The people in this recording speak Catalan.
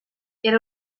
era